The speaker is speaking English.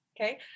okay